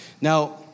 Now